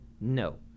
no